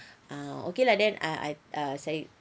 ah okay then I I ah saya